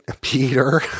Peter